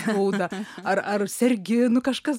skauda ar ar sergi kažkas